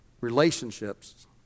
relationships